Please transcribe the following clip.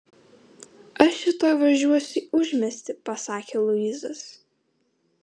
aš rytoj važiuosiu į užmiestį pasakė luisas